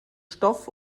stoff